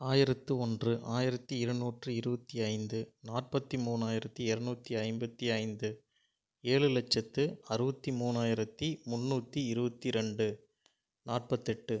ஆயிரத்து ஒன்று ஆயிரத்து இரநூற்றி இருபத்தி ஐந்து நாற்பத்து மூணாயிரத்து எரநூற்றி ஐம்பத்து ஐந்து ஏழு லட்சத்து அறுபத்தி மூணாயிரத்து முண்ணூற்றி இருபத்தி ரெண்டு நாற்பத்தெட்டு